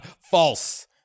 False